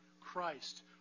Christ